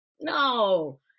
No